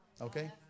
Okay